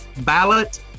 ballot